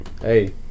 hey